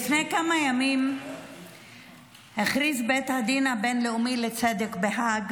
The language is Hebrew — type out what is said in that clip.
לפני כמה ימים הכריז בית הדין הבין-לאומי לצדק בהאג